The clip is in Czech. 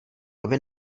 aby